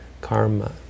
karma